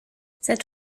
cet